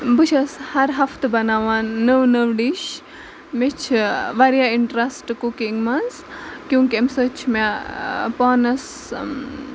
بہٕ چھَس ہر ہَفتہٕ بَناوان نٔو نٔو ڈِش مےٚ چھِ واریاہ اِنٹرَسٹ کُکِنگ منٛز کیوں کہِ اَمہِ سۭتۍ چھُ مےٚ پانَس